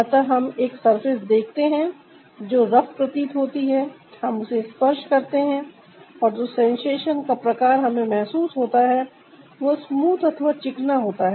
अतः हम एक सरफेस देखते हैं जो रफ प्रतीत होती है हम इसे स्पर्श करते हैं और जो सेंसेशन का प्रकार हमें महसूस होता है वह स्मूथ अथवा चिकना होता है